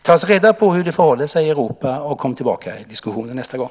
Ta alltså reda på hur det förhåller sig i Europa och kom tillbaka i diskussionen nästa gång!